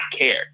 care